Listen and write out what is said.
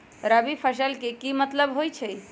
रबी फसल के की मतलब होई छई?